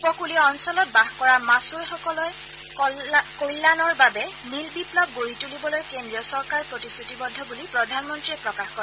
উপকুলীয় অঞ্চলত বাস কৰা মাছুৱৈসকলৰ কল্যাণৰ বাবে নীল বিপ্লৱ গঢ়ি তুলিবলৈ কেন্দ্ৰীয় চৰকাৰ প্ৰতিশ্ৰতিবদ্ধ বুলি প্ৰধানমন্ত্ৰীয়ে প্ৰকাশ কৰে